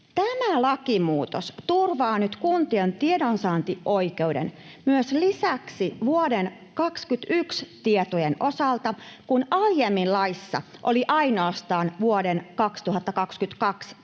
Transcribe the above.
Tämä lakimuutos turvaa nyt kuntien tiedonsaantioikeuden lisäksi vuoden 2021 tietojen osalta, kun aiemmin laissa olivat ainoastaan vuoden 2022 tiedot. Tosiaan